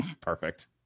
Perfect